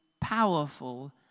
powerful